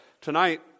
tonight